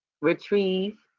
retrieve